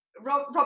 Rob